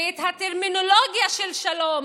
את הטרמינולוגיה של שלום,